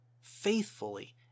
faithfully